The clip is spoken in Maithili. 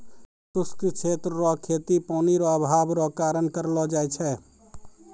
शुष्क क्षेत्र रो खेती पानी रो अभाव रो कारण करलो जाय छै